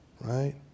right